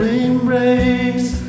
embrace